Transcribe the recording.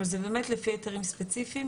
אבל זה באמת לפי היתרים ספציפיים,